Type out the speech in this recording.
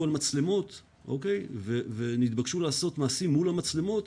על מצלמות ונתבקשו לעשות מעשים מול המצלמות,